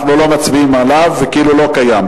אנחנו לא מצביעים עליה, כאילו לא קיים.